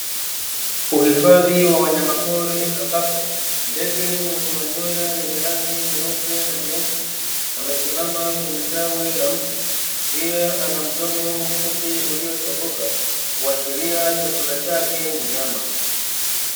Uhifadhi wa wanyama pori ambapo ndege mwenye manyoa ya rangi nyeupe na nyeusi, amesimama kwenye tawi la mti, pia anamdomo mfupi uliochongoka kuashiria chakula chake ni nyama.